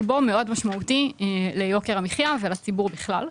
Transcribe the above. בו מאוד משמעותי ליוקר המחיה ולציבור בכלל.